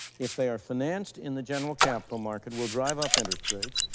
if they are financed in the general capital market, will drive up interest rates,